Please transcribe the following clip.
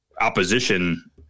opposition